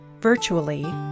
virtually